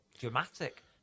dramatic